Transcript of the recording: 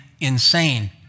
insane